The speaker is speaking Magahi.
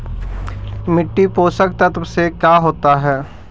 मिट्टी पोषक तत्त्व से का होता है?